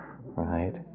right